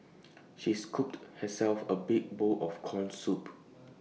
she scooped herself A big bowl of Corn Soup